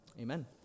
amen